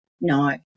No